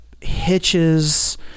hitches